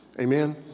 Amen